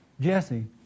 Jesse